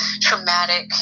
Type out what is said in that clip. traumatic